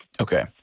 okay